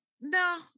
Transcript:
No